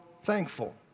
thankful